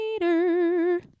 later